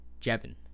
Jevin